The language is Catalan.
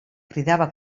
cridava